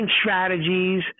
strategies